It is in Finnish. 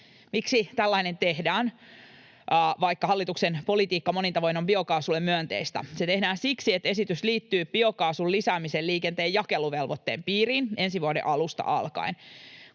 Miksi tällainen tehdään, vaikka hallituksen politiikka monin tavoin on biokaasulle myönteistä? Se tehdään siksi, että esitys liittyy biokaasun lisäämiseen liikenteen jakeluvelvoitteen piiriin ensi vuoden alusta alkaen.